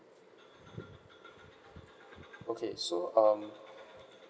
okay so um